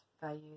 values